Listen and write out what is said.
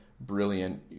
brilliant